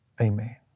Amen